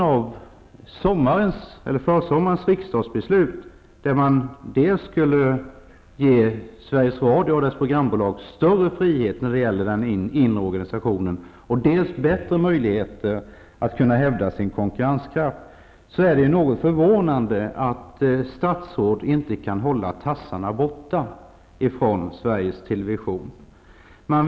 Mot bakgrund av försommarens riksdagsbeslut -- dels skulle Sveriges Radio och dess programbolag ges större frihet när det gäller den inre organisationen, dels skulle man få bättre möjligheter att hävda sig i konkurrensen -- är det något förvånande att statsråd inte kan hålla tassarna borta från Sveriges Television.